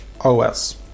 OS